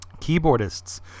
Keyboardists